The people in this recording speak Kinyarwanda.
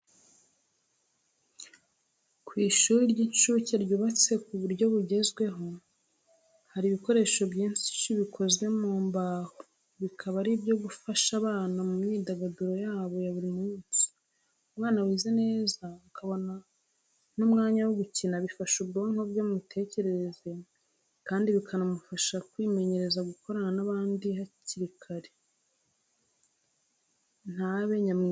Ku ishuri ry'incuke ryubatse ku buryo bugezweho, hari ibikoresho byinshi bikoze mu mbaho, bikaba ari ibyo gufasha abana mu myidagaduro yabo ya buri munsi. Umwana wize neza akabona n'umwanya wo gukina bifasha ubwonko bwe mu miterereze kandi bikanamufasha kwimenyereza gukorana n'abandi hakiri, ntabe nyamwigendaho.